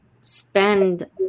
spend